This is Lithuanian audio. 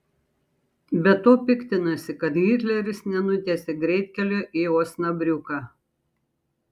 be to piktinasi kad hitleris nenutiesė greitkelio į osnabriuką